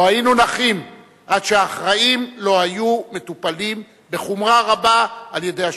לא היינו נחים עד שהאחראים לא היו מטופלים בחומרה רבה על-ידי השלטונות.